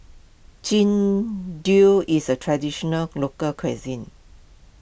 Jian is a Traditional Local Cuisine